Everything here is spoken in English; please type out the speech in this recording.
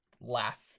laugh